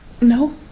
No